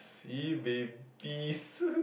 sibeh peace